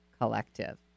collective